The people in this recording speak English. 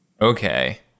okay